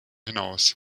hinaus